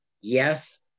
yes